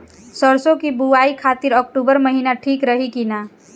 सरसों की बुवाई खाती अक्टूबर महीना ठीक रही की ना?